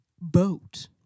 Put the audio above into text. boat